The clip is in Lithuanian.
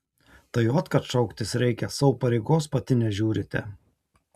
tai ot kad šauktis reikia savo pareigos pati nežiūrite